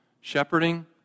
shepherding